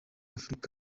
afurika